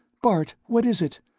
bart, what is it?